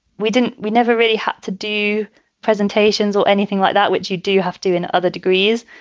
we didn't we never really had to do presentations or anything like that, which you do have to in other degrees.